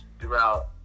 throughout